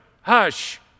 hush